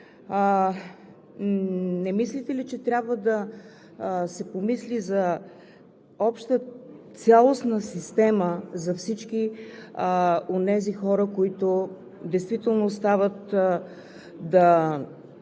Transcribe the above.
Не мислите ли, че трябва да се помисли за обща, цялостна система за всички онези хора, които действително остават да